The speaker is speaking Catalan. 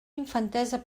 infantesa